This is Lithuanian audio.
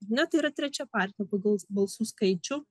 na tai yra trečia partija pagal balsų skaičių